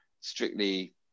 strictly